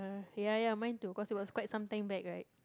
ya ya mine too because it was quite sometime back right